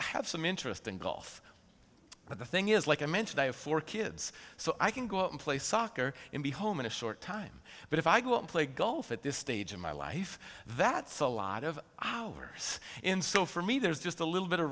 i have some interest in golf but the thing is like i mentioned i have four kids so i can go out and play soccer and be home in a short time but if i go out and play golf at this stage of my life that's a lot of hours in so for me there's just a little bit of